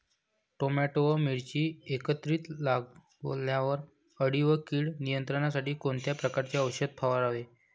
Tomato व मिरची एकत्रित लावल्यावर अळी व कीड नियंत्रणासाठी कोणत्या प्रकारचे औषध फवारावे?